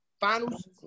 finals